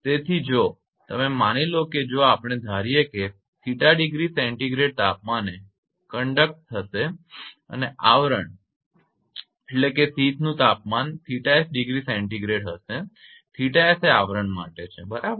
તેથી જો તમે માની લો કે જો આપણે ધારીયે કે તે 𝜃°𝐶 તાપમાને કંડક્ટ આચરણ કરશે અને આવરણનું તાપમાન 𝜃𝑠°𝐶 𝜃𝑠 એ આવરણ માટે છે બરાબર